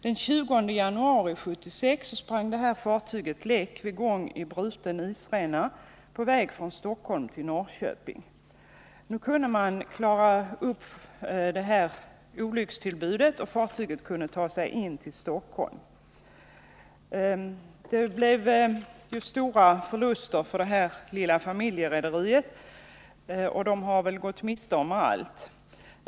Den 20 januari 1976 sprang det här fartyget läck vid gång i bruten isränna på väg från Stockholm till Norrköping. Nu kunde man klara upp det här olyckstillbudet, och fartyget kunde ta sig in till Stockholm. Det blev stora förluster för det här lilla familjerederiet — det har väl gått miste om allt.